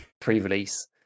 pre-release